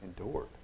endured